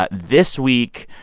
but this week,